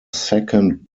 second